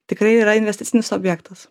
tikrai yra investicinis objektas